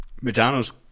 madonna's